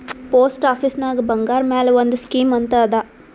post ಆಫೀಸ್ನಾಗ್ ಬಂಗಾರ್ ಮ್ಯಾಲ ಒಂದ್ ಸ್ಕೀಮ್ ಅಂತ್ ಅದಾ